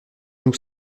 nous